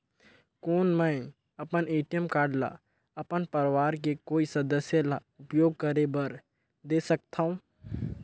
कौन मैं अपन ए.टी.एम कारड ल अपन परवार के कोई सदस्य ल उपयोग करे बर दे सकथव?